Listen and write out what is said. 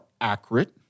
accurate